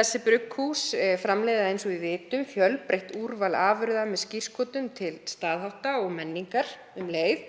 allt. Brugghúsin framleiða eins og við vitum fjölbreytt úrval afurða með skírskotun til staðhátta og menningar um leið.